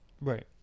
Right